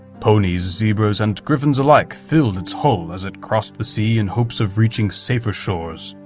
ponies, zebras and griffons alike filled its hull as it crossed the sea in hopes of reaching safer shores.